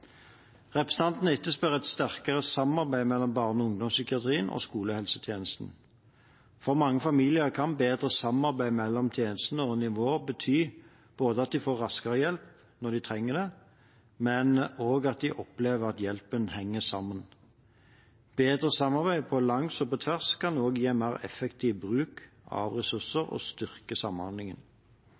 etterspør et sterkere samarbeid mellom barne- og ungdomspsykiatrien og skolehelsetjenesten. For mange familier kan bedre samarbeid mellom tjenester og nivåer bety at de får raskere hjelp når de trenger det, men også at de opplever at hjelpen henger sammen. Bedre samarbeid på langs og på tvers kan også gi mer effektiv bruk av ressurser og styrke samhandlingen.